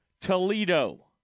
Toledo